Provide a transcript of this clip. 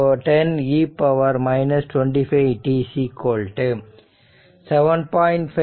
75 10 e 25t 7